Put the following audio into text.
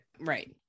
Right